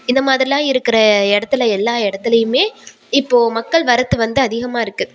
இந்தமாதிரிலாம் இருக்கிற இடத்துல எல்லா இடத்துலையுமே இப்போது மக்கள் வரத்து வந்து அதிகமாக இருக்குது